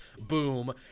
Boom